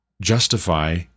justify